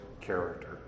character